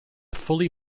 fully